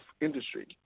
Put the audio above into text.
industry